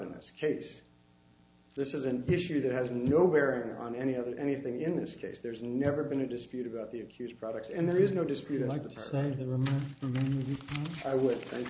in this case this is an issue that has no bearing on any other anything in this case there's never been a dispute about the accused products and there is no dispute like the planet i would think